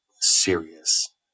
serious